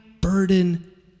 burden